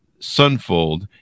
Sunfold